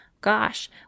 Gosh